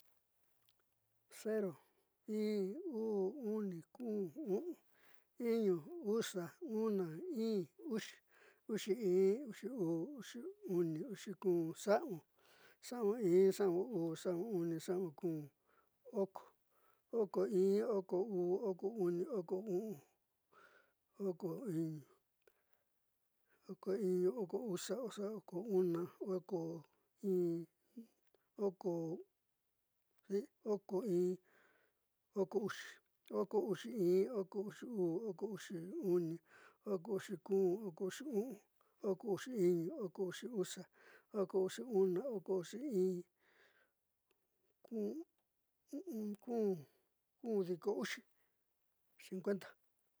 In, u'u, uni, kun, u'un, iñu, usa, in, ixi, uxi in, uxi u'u, uxi uni, uxi kun, sa'aun, sa'aun in, sa'aun uni, sa'aun kun, oko, oko in, oko u'u, oko uni, oko kun, oko u'un, oko iñu, oko usa, oko una, oko in, oko uxi, oko uxi in, oko uxi u'u, oko uxi uni, oko uxi kun, oko uxi u'un, oko uxi iñu, oko uxi usa, oko uxi una, oko uxi in u'u diko uxi so.